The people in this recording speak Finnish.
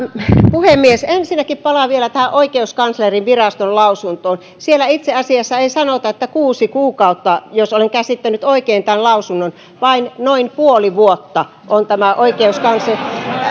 puhemies ensinnäkin palaan vielä tähän oikeuskanslerinviraston lausuntoon siellä itse asiassa ei sanota että kuusi kuukautta jos olen käsittänyt oikein tämän lausunnon vaan noin puoli vuotta on tämä oikeuskanslerin